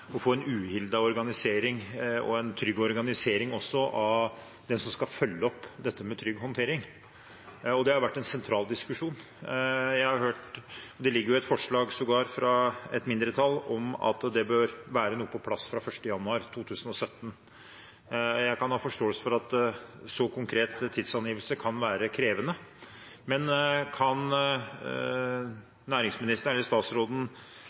som skal følge opp trygg håndtering, og det har vært en sentral diskusjon. Det ligger sågar et forslag fra et mindretall om at noe bør være på plass fra 1. januar 2017. Jeg kan ha forståelse for at en så konkret tidsangivelse kan være krevende. Men kan